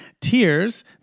Tears